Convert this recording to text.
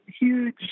huge